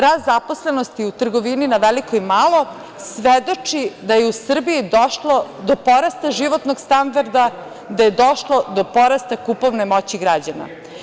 Rast zaposlenosti u trgovini na veliko i malo svedoči da je u Srbiji došlo do porasta životnog standarda, da je došlo do porasta kupovne moći građana.